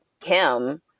Kim